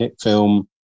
film